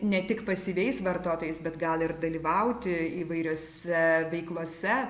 ne tik pasyviais vartotojais bet gal ir dalyvauti įvairiose veiklose